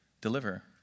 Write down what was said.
deliver